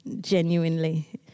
genuinely